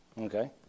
Okay